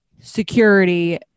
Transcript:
security